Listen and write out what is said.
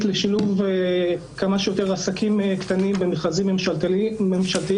לשילוב כמה שיותר עסקים קטנים במכרזים ממשלתיים,